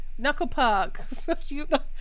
Knucklepuck